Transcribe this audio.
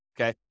okay